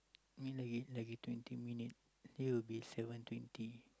ini lagi lagi twenty minute then will be seven twenty